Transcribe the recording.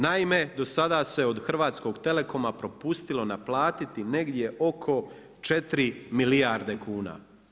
Naime, do sada se od Hrvatskog telekoma propustilo naplatiti negdje oko 4 milijarde kuna.